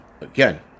Again